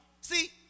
See